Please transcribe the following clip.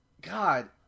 God